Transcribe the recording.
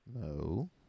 No